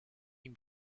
ihm